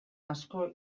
asko